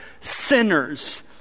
sinners